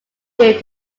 deal